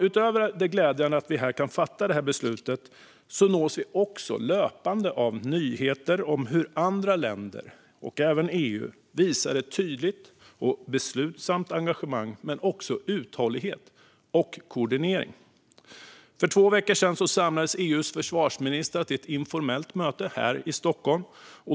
Utöver det glädjande att vi här kan fatta detta beslut nås vi löpande av nyheter om hur andra länder och EU visar ett tydligt och beslutsamt engagemang men också uthållighet och koordinering. För två veckor sedan samlades EU:s försvarsministrar till ett informellt möte här i Stockholm.